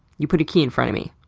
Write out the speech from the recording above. you put a key in front of me.